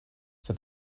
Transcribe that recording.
for